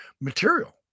material